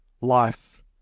life